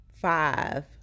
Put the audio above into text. five